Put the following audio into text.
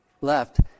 left